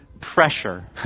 pressure